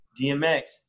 DMX